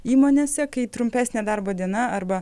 įmonėse kai trumpesnė darbo diena arba